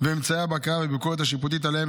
ואת אמצעי הבקרה והביקורת השיפוטית עליהם.